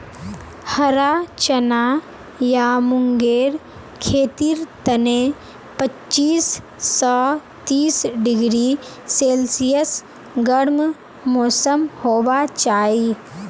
हरा चना या मूंगेर खेतीर तने पच्चीस स तीस डिग्री सेल्सियस गर्म मौसम होबा चाई